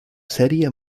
sèrie